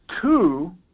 two